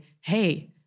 hey